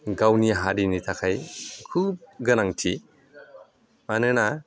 गावनि हारिनि थाखाय खुब गोनांथि मानोना